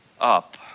up